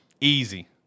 easy